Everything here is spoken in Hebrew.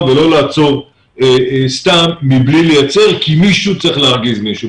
ולא לעצור סתם מבלי לייצר כי מישהו צריך להרגיז מישהו.